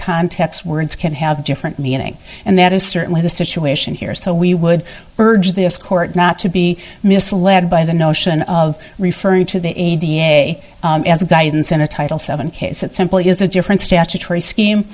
context words can have different meaning and that is certainly the situation here so we would urge this court not to be misled by the notion of referring to the a d h as guidance in a title seven case it simply is a different statutory scheme